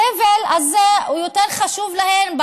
הסבל הזה הוא יותר חשוב להם,